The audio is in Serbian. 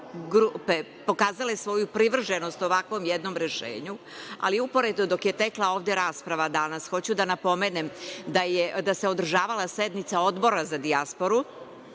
stvari pokazale svoju privrženost ovakvom jednom rešenju. Ali, uporedo dok je tekla ovde rasprava danas, hoću da napomenem, da se održavala sednica Odbora za dijasporu